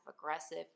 aggressive